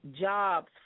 jobs